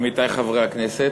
עמיתי חברי הכנסת,